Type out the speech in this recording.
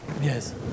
Yes